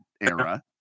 era